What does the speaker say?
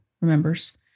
remembers